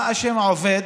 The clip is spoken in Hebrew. מה אשם העובד